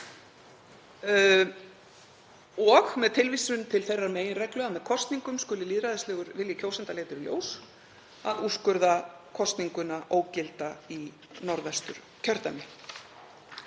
og með tilvísun til þeirrar meginreglu að með kosningum skuli lýðræðislegur vilji kjósenda leiddur í ljós, að úrskurða kosninguna ógilda í Norðvesturkjördæmi.